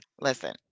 Listen